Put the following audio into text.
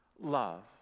love